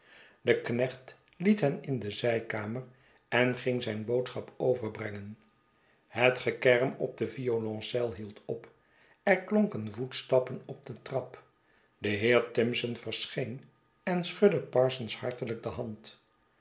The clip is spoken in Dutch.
de knecht liet hen in de zijkamer en ging zijn boodschap overbrengen het gekerm op de violoncel hield op er klonken voetstappen op de trap de heer timson verscheen en schudde parsons hartehjk de hand